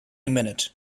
minute